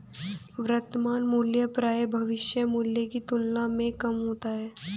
वर्तमान मूल्य प्रायः भविष्य मूल्य की तुलना में कम होता है